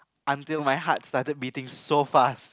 until my heart started beating so fast